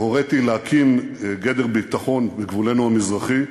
הוריתי להקים גדר ביטחון בגבולנו המזרחי,